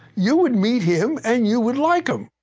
you would meet him and you would like him!